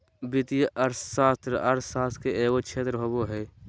वित्तीय अर्थशास्त्र अर्थशास्त्र के एगो क्षेत्र होबो हइ